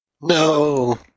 No